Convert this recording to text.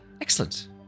Excellent